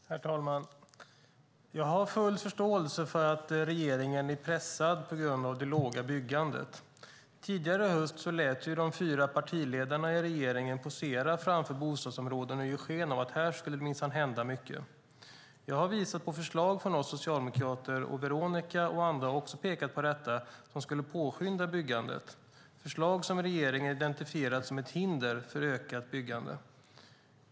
Herr talman! Jag har full förståelse för att regeringen är pressad på grund av det låga byggandet. Tidigare i höst lät man de fyra partiledarna i regeringen posera framför bostadsområden och ge sken av att det minsann skulle hända mycket. Jag har visat på förslag från oss socialdemokrater, och Veronica och andra har också pekat på sådant som skulle påskynda byggandet. Det är förslag som regeringen har identifierat som ett hinder för ökat byggandet.